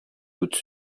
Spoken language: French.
toute